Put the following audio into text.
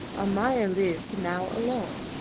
almayer lived now alone,